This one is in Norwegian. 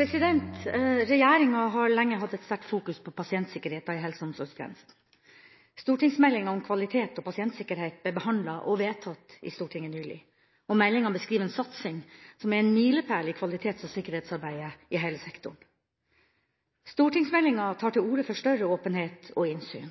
Regjeringa har lenge hatt et sterkt fokus på pasientsikkerheten i helse- og omsorgstjenesten. Stortingsmeldinga om kvalitet og pasientsikkerhet ble behandlet og vedtatt i Stortinget nylig. Meldinga beskriver en satsing som er en milepæl i kvalitets- og sikkerhetsarbeidet i hele sektoren. Stortingsmeldinga tar til orde for større åpenhet og innsyn,